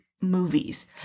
movies